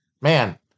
Man